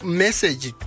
message